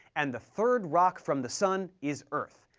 and the third rock from the sun is earth,